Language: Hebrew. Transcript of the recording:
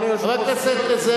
חבר הכנסת זאב,